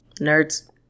Nerds